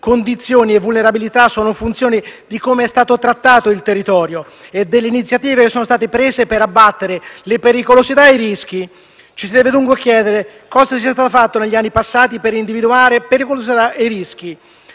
Condizioni e vulnerabilità sono funzione di come è stato trattato il territorio e delle iniziative che sono state prese per abbattere le pericolosità e i rischi. Ci si deve dunque chiedere cosa sia stato fatto negli anni passati per individuare la pericolosità e i rischi